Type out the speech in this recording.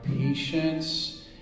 patience